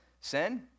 sin